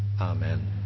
Amen